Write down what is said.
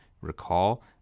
recall